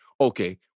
okay